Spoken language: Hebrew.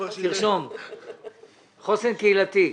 חוסן קהילתי.